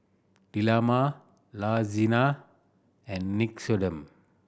Dilmah La Senza and Nixoderm